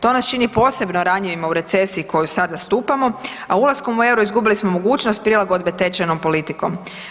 To nas čini posebno ranjivima u recesiji koju sada stupamo, a ulaskom u EUR-o izgubili smo mogućnost prilagodbe tečajnom politikom.